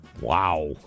Wow